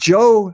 Joe